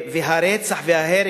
הרצח וההרג,